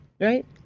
Right